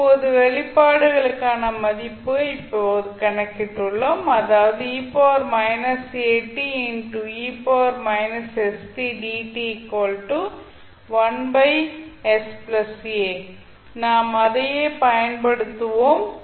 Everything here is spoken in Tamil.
இப்போது வெளிப்பாடுகளுக்கான மதிப்பை இப்போது கணக்கிட்டுள்ளோம் அதாவது நாம் அதையே பயன்படுத்துவோம்